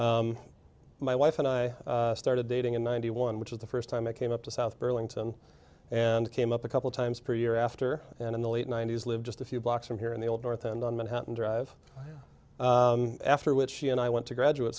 my wife and i started dating in ninety one which was the first time i came up to south burlington and came up a couple times per year after and in the late ninety's live just a few blocks from here in the old north and on manhattan drive after which she and i went to graduate